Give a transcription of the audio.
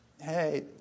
Hey